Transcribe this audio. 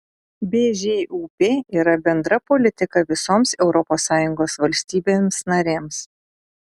bžūp yra bendra politika visoms es valstybėms narėms